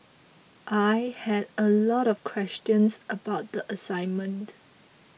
I had a lot of questions about the assignment